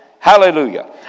Hallelujah